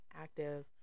active